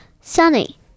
Sunny